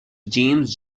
james